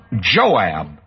Joab